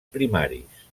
primaris